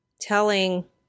telling